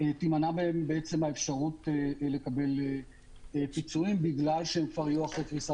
תימנע מהם האפשרות לקבל פיצויים בגלל שיהיו אחרי קריסה,